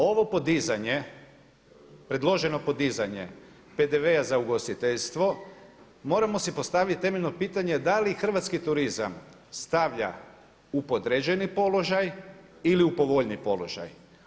Ovo podizanje, predloženo podizanje PDV-a za ugostiteljstvo moramo si postaviti temeljno pitanje da li hrvatski turizam stavlja u podređeni položaj ili u povoljniji položaj?